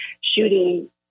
shooting